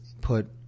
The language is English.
put